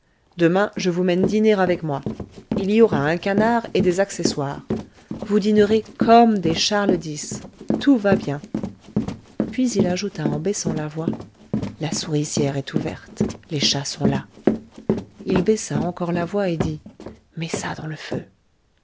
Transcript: demain je vous mène dîner avec moi il y aura un canard et des accessoires vous dînerez comme des charles dix tout va bien puis il ajouta en baissant la voix la souricière est ouverte les chats sont là il baissa encore la voix et dit mets ça dans le feu